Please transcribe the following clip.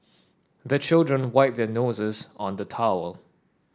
the children wipe their noses on the towel